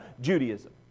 Judaism